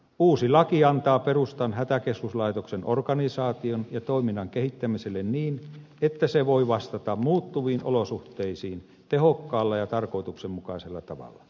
uusi laki antaa perustan hätäkeskuslaitoksen organisaation ja toiminnan kehittämiselle niin että se voi vastata muuttuviin olosuhteisiin tehokkaalla ja tarkoituksenmukaisella tavalla